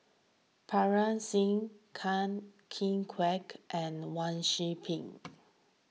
Parga Singh Ken Kueh Kwek and Wang Sui Pick